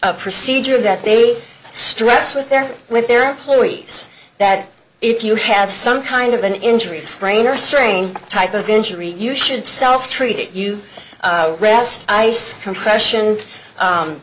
procedure that they stress with their with their employees that if you have some kind of an injury sprain or string type of injury you should self treat it you rest ice compression